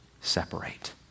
separate